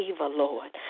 lord